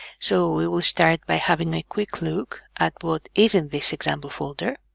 so we will start by having a quick look at what is in this example folder